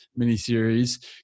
miniseries